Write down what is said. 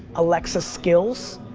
alexa skills,